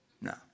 no